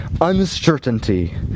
uncertainty